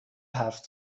حرف